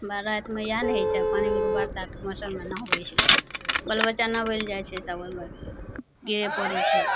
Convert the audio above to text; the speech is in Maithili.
भरि रातिमे इएहने होइ छै पानि वर्षाके मे मौसममे नहबय छै लोक बाल बच्चा नहबय लए जाइ छै सभ ओइमे गिरे पड़य छै